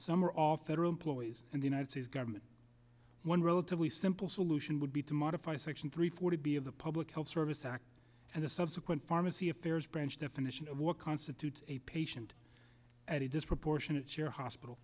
or all federal employees and the united states government one relatively simple solution would be to modify section three four to be of the public health service act and the subsequent pharmacy affairs branch definition of what constitutes a patient at a disproportionate share hospital